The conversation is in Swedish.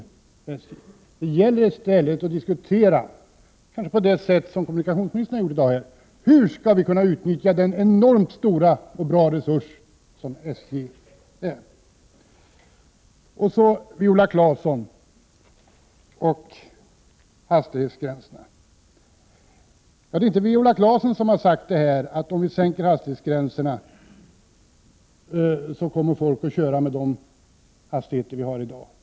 Det gäller i stället att diskutera — kanske på det sätt som kommunikationsministern gjorde här i dag — hur vi skall kunna utnyttja den enormt stora och bra resurs som SJ är. Så till Viola Claesson om hastighetsgränserna. Det är inte Viola Claesson som har sagt att om vi sänker hastighetsgränserna kommer folk att köra med samma hastigheter som vi har i dag.